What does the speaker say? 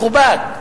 מכובד,